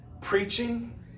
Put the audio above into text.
preaching